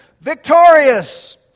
victorious